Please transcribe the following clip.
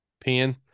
pen